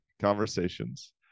conversations